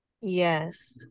yes